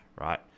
right